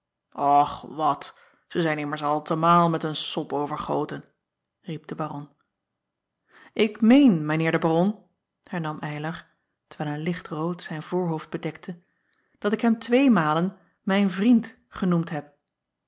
ch wat ze zijn immers altemaal met een sop overgoten riep de aron k meen mijn eer de aron hernam ylar terwijl een licht rood zijn voorhoofd bedekte dat ik hem twee malen mijn vriend genoemd heb